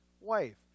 wife